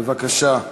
בבקשה.